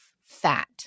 fat